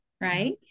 right